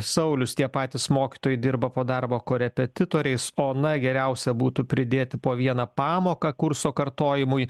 saulius tie patys mokytojai dirba po darbo korepetitoriais ona geriausia būtų pridėti po vieną pamoką kurso kartojimui